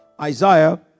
Isaiah